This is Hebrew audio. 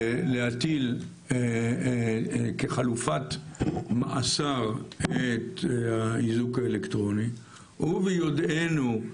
להטיל כחלופת מאסר את האיזוק האלקטרוני, וביודענו,